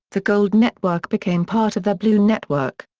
the gold network became part of the blue network.